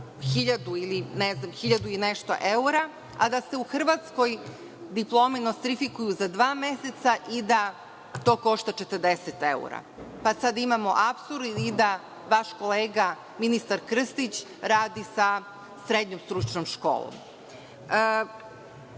i nešto evra, a da se u Hrvatskoj diplome nostrifikuju za dva meseca i da to košta 40 evra. Sada imamo apsurd da vaš kolega ministar Krstić radi sa srednjom stručnom školom. Što